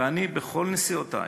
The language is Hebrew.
ואני, בכל נסיעותי